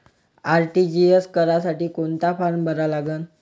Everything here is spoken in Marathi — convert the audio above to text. आर.टी.जी.एस करासाठी कोंता फारम भरा लागन?